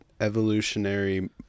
evolutionary